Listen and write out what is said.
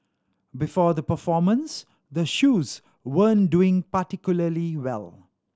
before the performance the shoes weren't doing particularly well